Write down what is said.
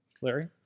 Larry